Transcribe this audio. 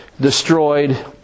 destroyed